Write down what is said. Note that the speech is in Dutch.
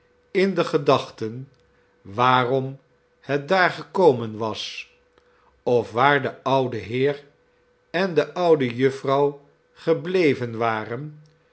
in de gedachten waarom het daar gekomen was of waar de oude heer en de oude jufvrouw gebleven waren